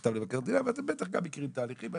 מכתב למבקר המדינה ואתם בטח גם מכירים את ההליכים האלה.